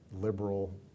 liberal